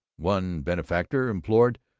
one benefactor implored,